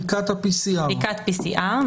בדיקת ה-PCR.